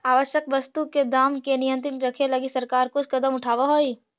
आवश्यक वस्तु के दाम के नियंत्रित रखे लगी सरकार कुछ कदम उठावऽ हइ